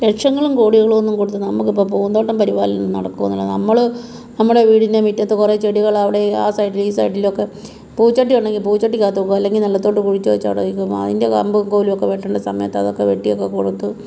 ലക്ഷങ്ങളും കോടികളൊന്നും കൊടുത്ത് നമുക്കിപ്പം പൂന്തോട്ടം പരിപാലനം നടക്കുവൊന്നും ഇല്ല നമ്മൾ നമ്മുടെ വീടിൻ്റെ മുറ്റത്ത് കുറേ ചെടികൾ അവിടെ ആ സൈഡിൽ ഈ സൈഡിലൊക്കെ പൂച്ചട്ടി ഉണ്ടെങ്കിൽ പൂച്ചട്ടിക്കകത്തോ അല്ലെങ്കിൽ നിലത്തോട്ട് കുഴിച്ച് വെച്ചിട്ടോ ഇരിക്കുമ്പോൾ അതിൻ്റെ കാമ്പും കോലുമൊക്കെ വെട്ടേണ്ട സമയത്ത് അതൊക്കെ വെട്ടിയൊക്കെ കൊടുത്ത്